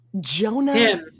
Jonah